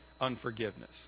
unforgiveness